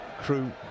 crew